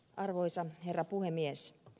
arvoisa herra puhemies